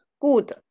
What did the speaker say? good